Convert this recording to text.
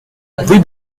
rue